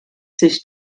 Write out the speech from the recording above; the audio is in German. sich